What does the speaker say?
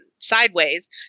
sideways